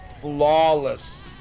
flawless